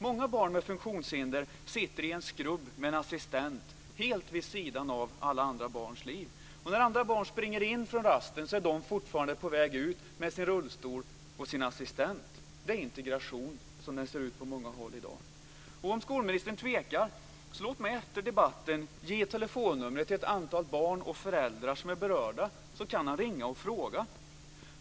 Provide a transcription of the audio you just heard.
Många barn med funktionshinder sitter i en skrubb med en assistent helt vid sidan av alla andra barns liv. När andra barn springer in från rasten är de fortfarande på väg ut med sin rullstol och sin assistent. Det är integration, som den ser ut på många håll i dag. Om skolministern tvekar, så låt mig efter debatten ge telefonnummer till ett antal barn och föräldrar som är berörda, så kan han ringa och fråga.